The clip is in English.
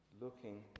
looking